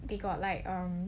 they got like um